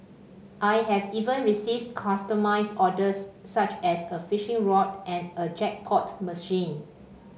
I have even received customised orders such as a fishing rod and a jackpot machine